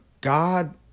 God